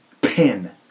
pin